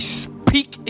speak